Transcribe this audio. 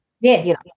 Yes